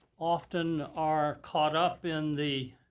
often are caught up in the